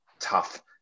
tough